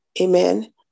Amen